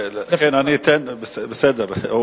בסדר.